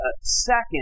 second